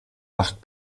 acht